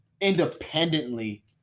independently